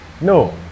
No